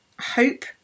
hope